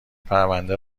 پرونده